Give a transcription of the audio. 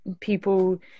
people